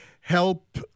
help